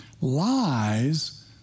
Lies